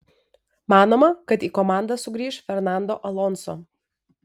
manoma kad į komandą sugrįš fernando alonso